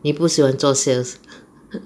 你不喜欢做 sales